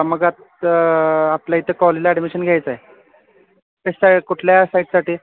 मग आता आपल्या इथं कॉलेजला ॲडमिशन घ्यायचं आहे जसं कुठल्या साईडसाठी